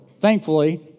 Thankfully